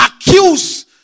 accuse